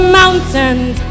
mountains